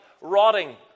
rotting